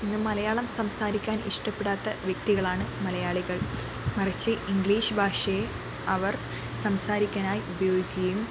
ഇന്ന് മലയാളം സംസാരിക്കാൻ ഇഷ്ടപ്പെടാത്ത വ്യക്തികളാണ് മലയാളികൾ മറിച്ച് ഇംഗ്ലീഷ് ഭാഷയെ അവർ സംസാരിക്കാനായി ഉപയോഗിക്കുകയും